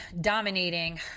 dominating